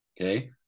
okay